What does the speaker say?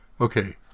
Okay